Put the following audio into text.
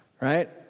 Right